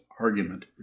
argument